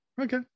okay